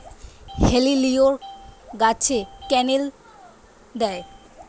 হেলিলিও গাছে ক্যানেল দেয়?